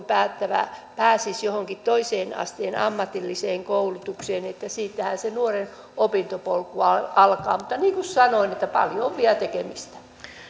päättävä pääsisi johonkin toisen asteen ammatilliseen koulutukseen siitähän se nuoren opintopolku alkaa alkaa mutta niin kuin sanoin paljon on vielä tekemistä